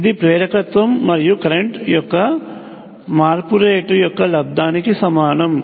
ఇది ప్రేరకత్వం మరియు కరెంట్ యొక్క మార్పు రేటు యొక్క లబ్ధానికి సమానము